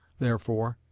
therefore,